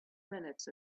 minutes